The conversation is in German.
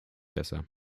besser